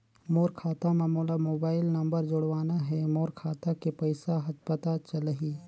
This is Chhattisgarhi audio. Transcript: मोर खाता मां मोला मोबाइल नंबर जोड़वाना हे मोर खाता के पइसा ह पता चलाही?